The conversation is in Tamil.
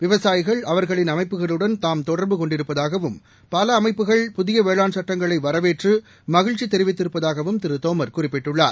விவசாயிகள் அவர்களின் அமைப்புகளுடன் தாம் தொடர்பு கொண்டிருப்பதாகவும் பல அமைப்புகள் புதிய வேளானர் சட்டங்களை வரவேற்று மகிழ்ச்சி தெரிவித்திருப்பதாகவும் திரு தோமர் குறிப்பிட்டுள்ளார்